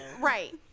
Right